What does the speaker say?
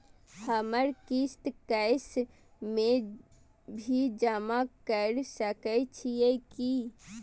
हमर किस्त कैश में भी जमा कैर सकै छीयै की?